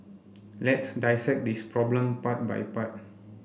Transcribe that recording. let's dissect this problem part by part